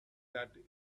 that